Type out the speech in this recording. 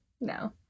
no